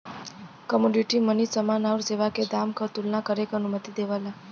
commodity money समान आउर सेवा के दाम क तुलना करे क अनुमति देवला